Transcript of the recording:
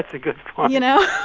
a good point you know,